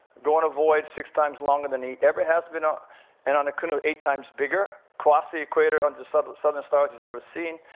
go on a voyage six times longer than he ever has been in and on a canoe, eight times bigger, cross the equator onto southern southern stars he's never seen,